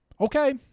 Okay